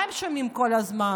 מה הם שומעים כל הזמן?